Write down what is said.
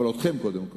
אבל אתכם קודם כול,